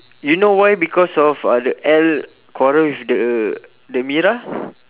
you know why because of uh the L quarrel with the uh the mira